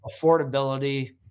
affordability